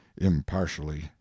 impartially